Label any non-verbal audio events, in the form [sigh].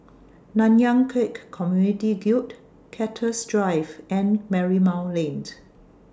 Nanyang Khek Community Guild Cactus Drive and Marymount Lane [unintelligible]